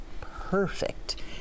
perfect